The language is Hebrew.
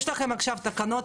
יש לכם עכשיו את התקנות